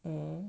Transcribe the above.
mm